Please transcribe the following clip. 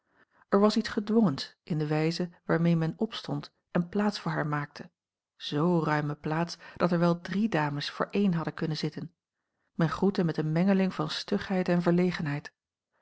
er was iets gedwongens in de wijze waarmee men opstond en plaats voor haar maakte z ruime plaats dat er wel drie dames voor eene hadden kunnen zitten men groette met een mengeling van stugheid en